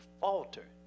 falter